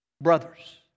Brothers